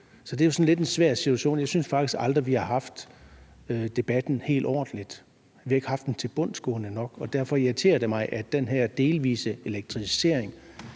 så det er jo sådan lidt en svær situation. Jeg synes faktisk aldrig, vi har haft debatten helt ordentligt; vi har ikke haft en debat, der var tilbundsgående nok. Og derfor irriterer det mig, at den her delvise elektrificering